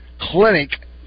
clinic